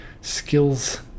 skills